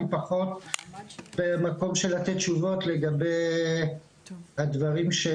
אני פחות במקום של לתת תשובות לגבי הדברים האלה.